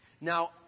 Now